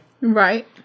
Right